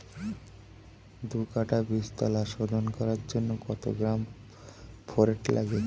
দু কাটা বীজতলা শোধন করার জন্য কত গ্রাম ফোরেট লাগে?